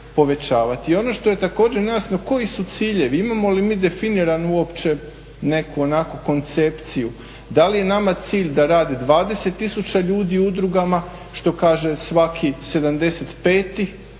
I ono što je također nejasno, koji su ciljevi, imamo li mi definiran uopće neku onako koncepciju, da li je nama cilj da radi 20 tisuća ljudi u udrugama što kaže svaki 75